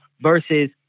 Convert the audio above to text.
versus